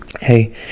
Hey